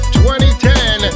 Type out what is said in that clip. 2010